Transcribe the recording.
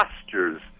postures